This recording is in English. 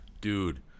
Dude